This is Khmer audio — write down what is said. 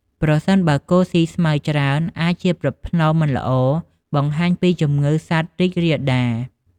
ប្រសិនបើគោស៊ី ស្មៅ ច្រើន អាចជាប្រផ្នូលមិនល្អ បង្ហាញពីជំងឺសត្វរីករាលដាល។